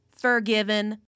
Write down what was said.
forgiven